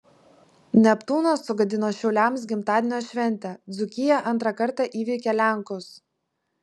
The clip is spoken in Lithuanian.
neptūnas sugadino šiauliams gimtadienio šventę dzūkija antrą kartą įveikė lenkus